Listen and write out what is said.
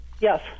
Yes